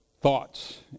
thoughts